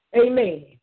amen